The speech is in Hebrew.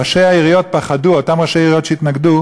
ראשי העיריות פחדו, אותם ראשי עיריות שהתנגדו,